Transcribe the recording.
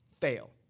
fail